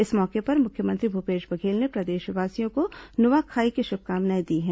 इस मौके पर मुख्यमंत्री भूपेश बघेल ने प्रदेशवासियों को नुआखाई की शुभकामनाएं दी हैं